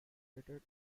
located